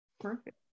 perfect